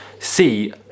see